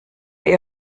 ihr